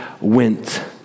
went